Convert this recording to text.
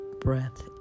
breath